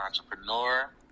entrepreneur